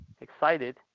excited